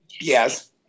Yes